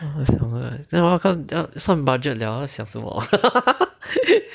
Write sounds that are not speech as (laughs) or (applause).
then 我要看算 budget liao 好像什么 (laughs)